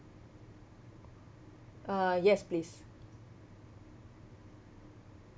uh yes please